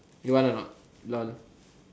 you want or not lol